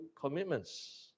commitments